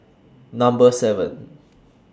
Number seven